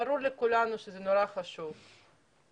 בלי השלטון המקומי זה לא יניע.